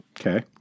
Okay